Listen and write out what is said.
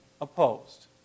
opposed